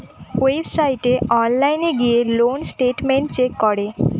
ওয়েবসাইটে অনলাইন গিয়ে loan statement check করে